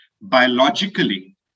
biologically